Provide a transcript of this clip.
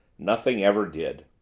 nothing ever did.